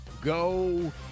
Go